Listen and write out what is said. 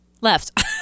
left